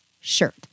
shirt